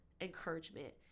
encouragement